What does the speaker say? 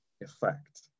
effect